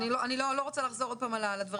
אני לא רוצה לחזור עוד פעם על הדברים.